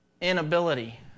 inability